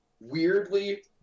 weirdly